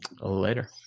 Later